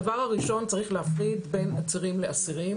הדבר הראשון, צריך להפריד בין עצירים לאסירים.